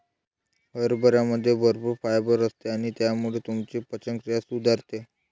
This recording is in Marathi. हरभऱ्यामध्ये भरपूर फायबर असते आणि त्यामुळे तुमची पचनक्रिया सुधारते